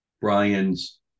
Brian's